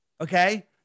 okay